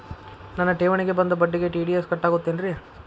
ನನ್ನ ಠೇವಣಿಗೆ ಬಂದ ಬಡ್ಡಿಗೆ ಟಿ.ಡಿ.ಎಸ್ ಕಟ್ಟಾಗುತ್ತೇನ್ರೇ?